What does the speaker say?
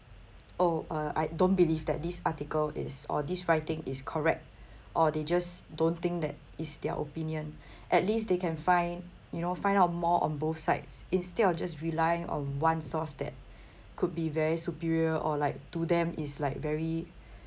oh uh I don't believe that this article is or this writing is correct or they just don't think that it's their opinion at least they can find you know find out more on both sides instead of just relying on one source that could be very superior or like to them it's like very